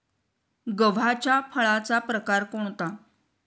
गव्हाच्या फळाचा प्रकार कोणता?